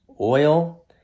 oil